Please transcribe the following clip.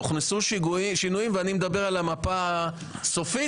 הוכנסו שינויים ואני מדבר על המפה הסופית